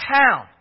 town